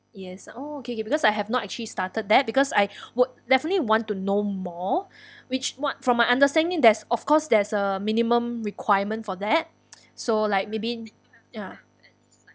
yes oh K K because I have not actually started that because I would definitely want to know more which what from my understanding there's of course there's a minimum requirement for that so like maybe ya